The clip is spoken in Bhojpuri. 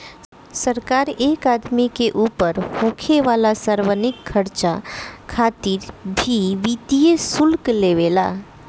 सरकार एक आदमी के ऊपर होखे वाला सार्वजनिक खर्चा खातिर भी वित्तीय शुल्क लेवे ला